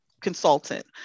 consultant